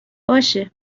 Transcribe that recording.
باشه